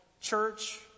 church